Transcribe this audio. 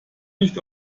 nicht